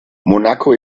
monaco